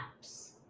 apps